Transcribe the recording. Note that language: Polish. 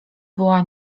była